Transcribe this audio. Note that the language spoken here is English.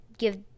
give